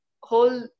whole